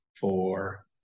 four